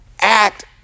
act